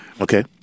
Okay